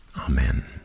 amen